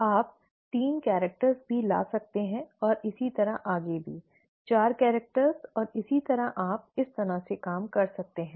आप तीन कैरेक्टर्स भी ला सकते थे और इसी तरह आगे भी चार कैरेक्टर्स और इसी तरह आप इस तरह से काम कर सकते हैं